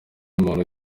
muntu